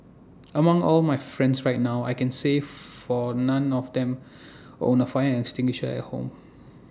among all my friends right now I can say for none of them owns A fire extinguisher at home